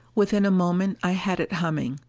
within a moment i had it humming.